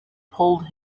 pulled